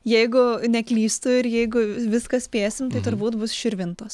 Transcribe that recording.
jeigu neklystu ir jeigu viską spėsim tai turbūt bus širvinots